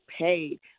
paid